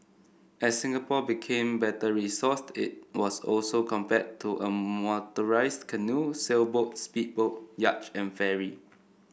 as Singapore became better resourced it was also compared to a motorised canoe sailboat speedboat yacht and ferry